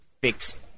fix